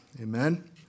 Amen